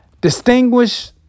Distinguish